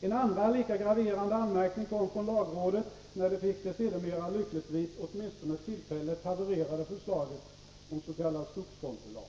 En annan lika graverande anmärkning kom från lagrådet när det fick det sedermera lyckligtvis åtminstone tillfälligt havererade förslaget om s.k. skogskontolag.